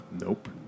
nope